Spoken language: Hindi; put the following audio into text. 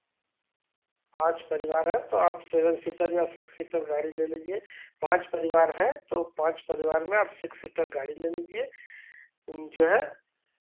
पाँच परिवार है तो आप सेवेन सीटर या सिक्स सीटेर गाड़ी ले लीजिए पाँच परिवार है तो पाँच परिवार में आप सिक्स सीटर गाड़ी ले लीजिए जो है